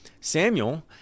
Samuel